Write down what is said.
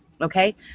okay